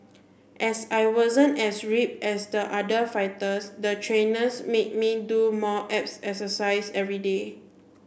as I wasn't as rip as the other fighters the trainers made me do more abs exercise everyday